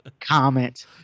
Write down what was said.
Comment